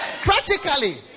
Practically